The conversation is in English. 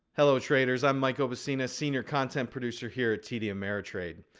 hello, traders. i'm mike obucina, senior content producer here at td ameritrade.